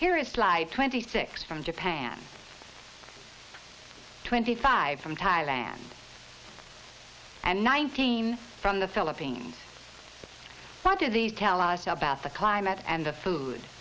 here it's slide twenty six from japan twenty five from thailand and nine teams from the philippines what are these tell us about the climate and the food